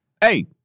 Hey